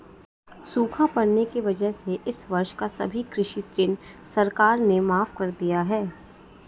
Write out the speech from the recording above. सूखा पड़ने की वजह से इस वर्ष का सभी कृषि ऋण सरकार ने माफ़ कर दिया है